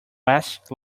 west